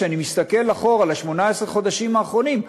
כשאני מסתכל אחורה על 18 החודשים האחרונים,